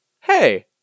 Hey